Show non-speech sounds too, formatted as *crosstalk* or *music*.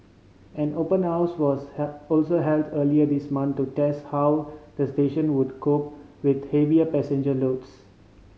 an open house was *unintelligible* also held earlier this month to test how the station would cope with heavy passenger loads